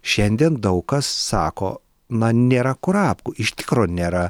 šiandien daug kas sako na nėra kurapkų iš tikro nėra